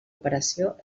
operació